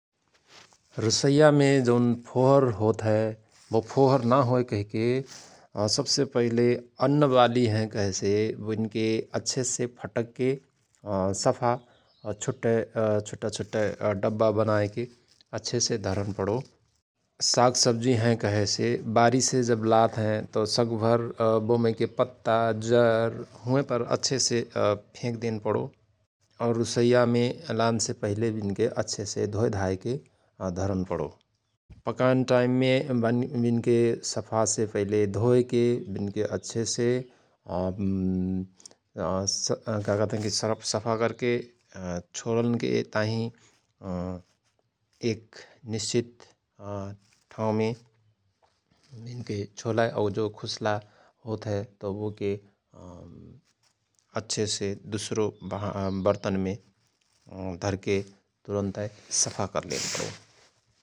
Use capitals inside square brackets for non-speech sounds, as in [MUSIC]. रुसैयामे जौन फोहर होत हय बो फोहर ना होय कहिके सवसे पहिले अन्नवालि हय कहेसे विनके अच्छेसे फटकके [HESITATION] सफा छुट्टय [HESITATION] छुट्टाछुट्टय [HESITATION] डब्बा बनाएके अच्छेसे धरन पडो । साग सब्जी हय कहेसे बारीसे जव लातहय तओ सकभर बो मैके पत्ता जर हुयंपर अच्छेसे [HESITATION] फेक देनपणो और रुसैयामे लानसे पहिले विनके अच्छेसे धोयधायके धरन पणो । पकान टाईममे वन विनके सफासे पहिले धोएके विनके अच्छेसे [HESITATION] उम कहतहयँकि सरफ सफा करके [HESITATION] छोलनके ताहिँ [HESITATION] एक निस्चित [HESITATION] ठाउँमे विनके छोलय औ जो खुसला होत हय तओ बोके [HESITATION] अच्छेसे दुसरो बर्तनमे [HESITATION] धरके तुरन्तय सफा करलेन पणो ।